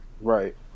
right